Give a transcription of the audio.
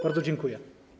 Bardzo dziękuję.